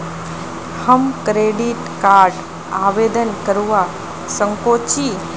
हम credit card आवेदन करवा संकोची?